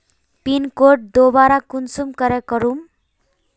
Pin code दोबारा कुंसम करे करूम?